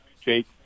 Jake